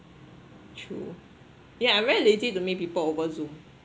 true yeah I'm very lazy to meet people over Zoom